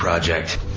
Project